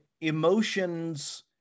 emotions